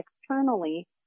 externally